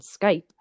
Skype